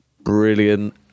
brilliant